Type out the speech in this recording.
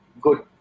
good